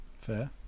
Fair